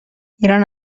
ایران